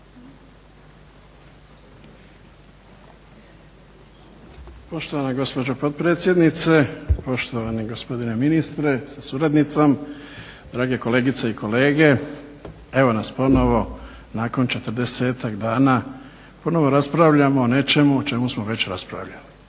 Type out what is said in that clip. Poštovana gospođo potpredsjednice, poštovani gospodine ministre sa suradnicom, drage kolegice i kolege. Evo nas ponovo nakon 40 dana ponovo raspravljamo o nečemu o čemu smo već raspravljali.